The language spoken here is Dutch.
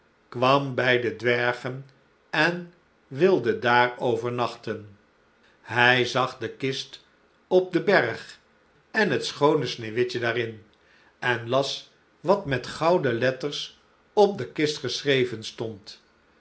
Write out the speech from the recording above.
kwam bij de dwergen en wilde daar overnachten hij zag de kist op den berg en het schoone sneeuwwitje daarin en las wat met gouden letters op de kist geschreven stond